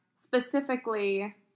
specifically